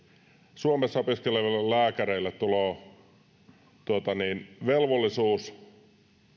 suomessa opiskeleville lääkäreille tulee velvollisuus